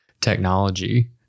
technology